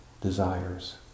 desires